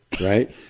right